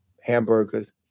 hamburgers